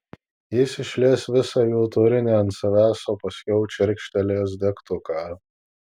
jis išlies visą jų turinį ant savęs o paskiau čirkštelės degtuką